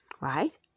right